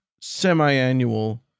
semi-annual